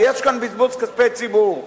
ויש כאן בזבוז כספי ציבור.